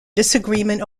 disagreement